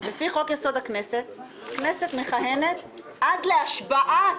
לפי חוק יסוד: הכנסת, כנסת מכהנת עד להשבעת